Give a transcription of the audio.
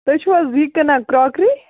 تُہۍ چھُو حظ یہِ کٕنان کراکری